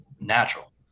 natural